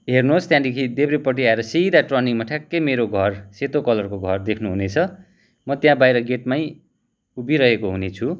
हेर्नुहोस् त्यहाँदेखि देब्रेपट्टि आएर सिधा टर्निङमा ठ्याक्कै मेरो घर सेतो कलरको घर देख्नुहुनेछ म त्यहाँ बाहिर गेटमै उभिरहेको हुनेछु